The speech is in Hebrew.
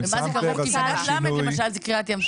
כי בוועדת ל' למשל זה קריעת ים סוף.